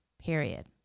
period